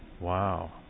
wow